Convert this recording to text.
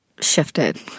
shifted